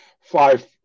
five